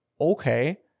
okay